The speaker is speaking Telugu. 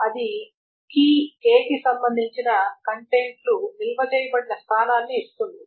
అది కీ k కి సంబంధించిన కంటెంట్లు నిల్వ చేయబడిన స్థానాన్ని ఇస్తుంది